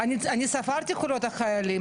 לכן אני ספרתי את קולות החיילים,